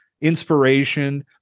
inspiration